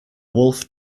wolf